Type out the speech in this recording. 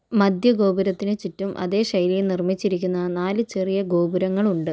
മധ്യ ഗോപുരത്തിന് ചുറ്റും അതേ ശൈലിയില് നിർമ്മിച്ചിരിക്കുന്ന നാല് ചെറിയ ഗോപുരങ്ങള് ഉണ്ട്